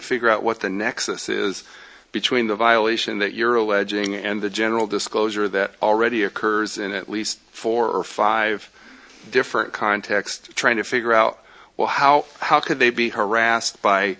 figure out what the nexus is between the violation that you're alleging and the general disclosure that already occurs in at least four or five different contexts trying to figure out well how how could they be harassed by